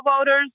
voters